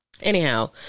Anyhow